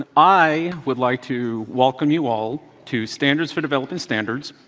ah i would like to welcome you all to standards for developing standards,